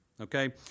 okay